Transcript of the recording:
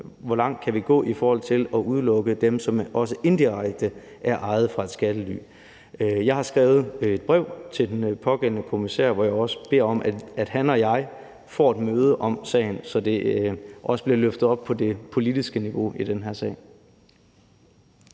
hvor langt vi kan gå i forhold til at udelukke dem, som også indirekte er ejet fra et skattely. Jeg har skrevet et brev til den pågældende kommissær, hvor jeg også beder om, at han og jeg får et møde om sagen, så det også bliver løftet op på det politiske niveau i den her sag.